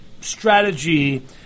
strategy